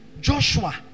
Joshua